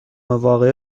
واقعه